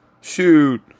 Shoot